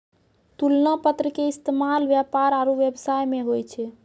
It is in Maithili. तुलना पत्र के इस्तेमाल व्यापार आरु व्यवसाय मे होय छै